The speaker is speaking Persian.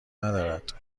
ندارد